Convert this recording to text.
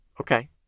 Okay